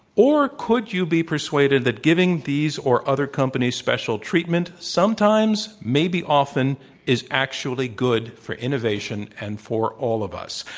or could you be persuaded that giving these or other companies special treatment sometimes maybe often is actually good for innovation and for all of us?